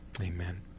amen